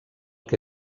que